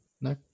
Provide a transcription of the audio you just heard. No